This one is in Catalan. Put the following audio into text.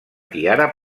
tiara